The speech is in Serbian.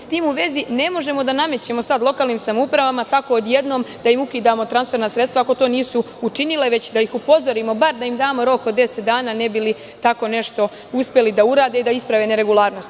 S tim u vezi ne možemo da sada namećemo lokalnim samoupravama tako odjednom, da im ukidamo transferna sredstava ako to nisu učinile, već da ih upozorimo, bar da im damo rok od 10 dana, ne bi li tako nešto uspeli da urade i da isprave neregularnost.